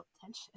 tension